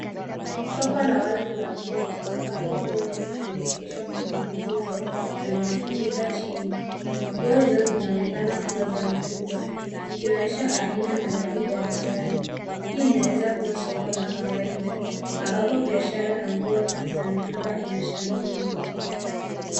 Soko la wazi la nguo ambapo nguo nyingi zinaegeshwa kwenye viguzo na vimefunika chini. Nguo hizo zinaonekana kuwa za mitumba, zikionesha aina na rangi mbalimbali. Hii inaweza kuwa soko la kawaida ambapo biashara ya nguo za mituba inashamiri.